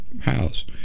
house